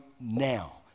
now